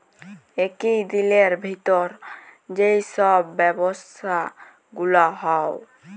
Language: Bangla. একই দিলের ভিতর যেই সব ব্যবসা গুলা হউ